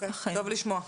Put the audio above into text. טוב לשמוע.